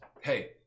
Hey